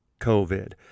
COVID